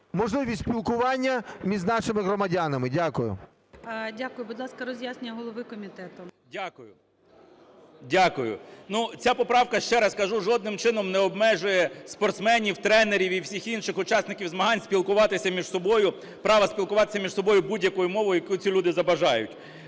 можливість спілкування між нашими громадянами. Дякую. ГОЛОВУЮЧИЙ. Дякую. Будь ласка, роз'яснення голови комітету. 11:07:06 КНЯЖИЦЬКИЙ М.Л. Дякую. Ця поправка, ще раз кажу, жодним чином не обмежує спортсменів, тренерів і всіх інших учасників змагань спілкуватися між собою, право спілкуватися між собою будь-якою мовою, яку ці люди забажають.